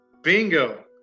Bingo